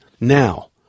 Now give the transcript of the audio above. now